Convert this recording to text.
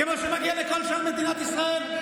כמו שמגיע לכל שאר מדינת ישראל?